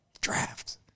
draft